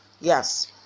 Yes